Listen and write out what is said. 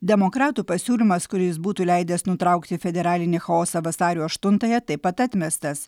demokratų pasiūlymas kur jis būtų leidęs nutraukti federalinį chaosą vasario aštuntąją taip pat atmestas